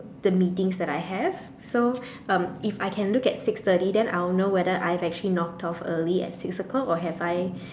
the meetings that I have so um if I can look at six thirty then I'll know whether I've actually knocked off early at six o-clock or have I